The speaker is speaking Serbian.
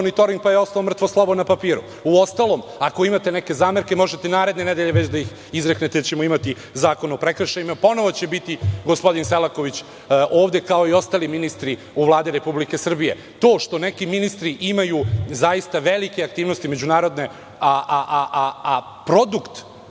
monitoring pa je ostao mrtvo slovo na papiru. Uostalom, ako imate neke zamerke, možete naredne nedelje već da ih izreknete, jer ćemo imati zakon o prekršajima, ponovo će biti gospodin Selaković ovde, kao i ostali ministri u Vladi Republike Srbije. To što neki ministri imaju zaista velike aktivnosti međunarodne, a produkt